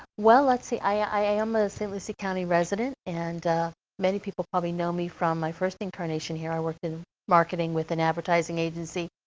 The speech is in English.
well, let's see i, i am a st. lucie county resident and many people probably know me from my first incarnation here, i worked in marketing with an advertising agency.